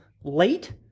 late